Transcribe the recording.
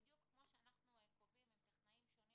בדיוק כמו שאנחנו קובעים עם טכנאים שונים